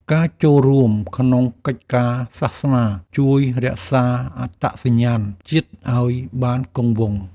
ការចូលរួមក្នុងកិច្ចការសាសនា ជួយរក្សាអត្តសញ្ញាណជាតិឱ្យបានគង់វង្ស។